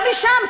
גם משם,